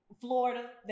Florida